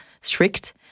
strict